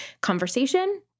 conversation